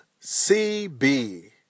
CB